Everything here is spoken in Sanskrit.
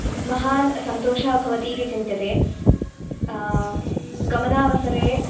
महान् सन्तोषः भवतीति चिन्त्यते गमनावसरे